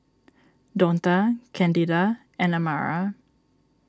Donta Candida and Amara